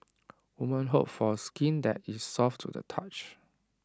women hope for skin that is soft to the touch